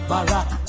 Barack